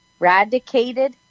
radicated